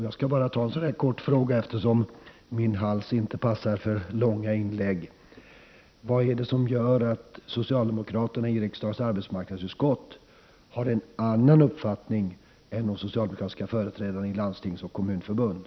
Jag skall bara ställa en kort fråga, eftersom min hals inte passar för långa inlägg: Vad är det som gör att socialdemokraterna i riksdagens arbetsmarknadsutskott har en annan uppfattning än de socialdemokratiska företrädarna i landstingsoch kommunförbunden?